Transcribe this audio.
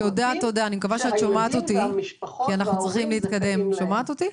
שהילדים והמשפחות וההורים זכאים להם,